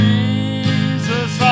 Jesus